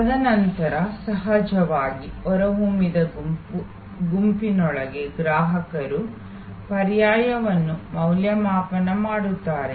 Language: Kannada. ತದನಂತರ ಸಹಜವಾಗಿ ಹೊರಹೊಮ್ಮಿದ ಗುಂಪಿನೊಳಗೆ ಗ್ರಾಹಕರು ಪರ್ಯಾಯಗಳನ್ನು ಮೌಲ್ಯಮಾಪನ ಮಾಡುತ್ತಾರೆ